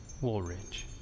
Woolridge